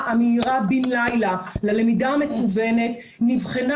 המהירה בן לילה ללמידה המקוונת נבחנה.